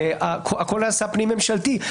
שהכול נעשה פנים ממשלתי.